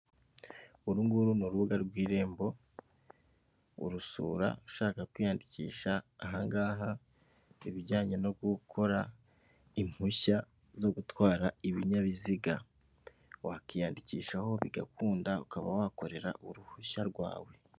Urunguru n’urubuga rw'irembo urusura ushaka kwiyandikisha ibijyanye no gukora impushya zo gutwara ibinyabiziga, wakwiyandikishaho bigakunda ukaba wakorera uruhushya rwawe.